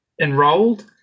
enrolled